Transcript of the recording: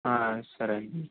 హా సరే అండి